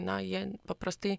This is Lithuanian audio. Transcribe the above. na jie paprastai